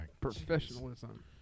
Professionalism